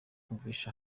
bumvise